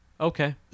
Okay